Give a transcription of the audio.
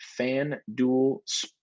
FanDuel